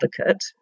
advocate